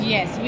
Yes